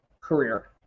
career